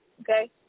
Okay